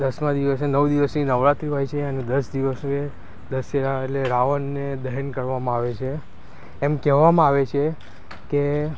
દસમાં દિવસે નવ દિવસની નવરાત્રી હોય છે એને દસ દિવસે દશેરા એટલે રાવણને દહન કરવામાં આવે છે એમ કહેવામાં આવે છે કે